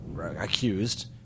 accused